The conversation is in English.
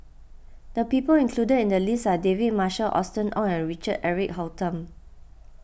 the people included in the list are David Marshall Austen Ong and Richard Eric Holttum